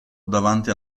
davanti